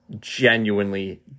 genuinely